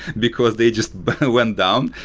because they just went down.